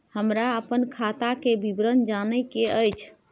हमरा अपन खाता के विवरण जानय के अएछ?